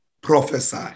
prophesy